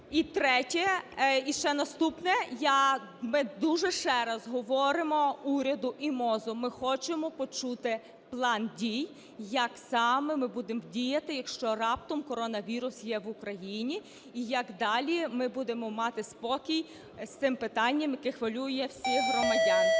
І третє. І ще наступне. Я би дуже… Ми ще раз говоримо уряду і МОЗу, ми хочемо почути план дій, як саме ми будемо діяти, якщо, раптом, коронавірус є в Україні? І як далі ми будемо мати спокій з цим питанням, яке хвилює всіх громадян?